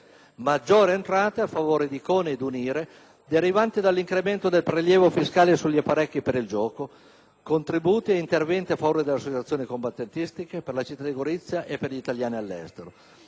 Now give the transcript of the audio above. maggiori entrate a favore di CONI ed UNIRE, derivanti dall'incremento del prelievo fiscale sugli apparecchi per il gioco; contributi e interventi a favore delle associazioni combattentistiche, per la città di Gorizia e per gli italiani all'estero.